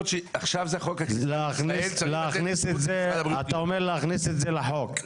פינדרוס, אתה אומר להכניס את זה לחוק.